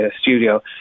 studio